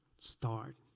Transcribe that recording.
start